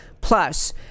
plus